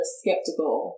skeptical